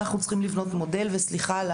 אנחנו צריכים לבנות מודל וסליחה על